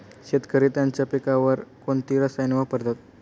शेतकरी त्यांच्या पिकांवर कोणती रसायने वापरतात?